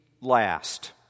last